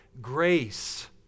grace